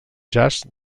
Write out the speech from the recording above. jaç